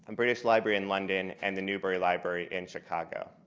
um british library in london and the newberry library in chicago.